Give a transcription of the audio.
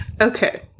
okay